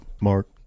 Mark